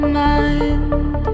mind